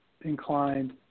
inclined